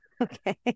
Okay